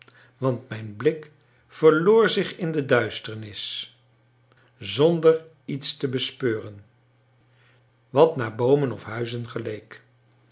want mijn blik verloor zich in de duisternis zonder iets te bespeuren wat naar boomen of huizen geleek